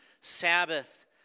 Sabbath